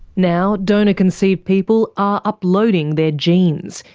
now donor conceived people are uploading their genes,